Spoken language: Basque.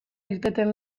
irteten